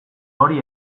hori